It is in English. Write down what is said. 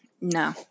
no